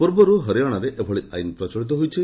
ପୂର୍ବରୁ ହରିଆଶାରେ ଏଭଳି ଆଇନ୍ ପ୍ରଚଳିତ ହୋଇଛି